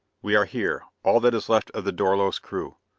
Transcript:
we are here all that is left of the dorlos crew.